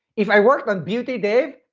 if i worked with beauty dave,